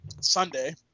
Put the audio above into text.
Sunday